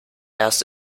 erst